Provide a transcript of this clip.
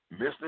Mr